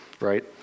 right